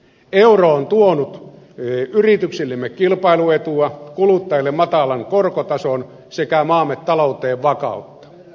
euro on tuonut yrityksillemme kilpailuetua kuluttajille matalan korkotason sekä maamme talouteen vakautta